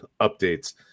updates